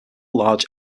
large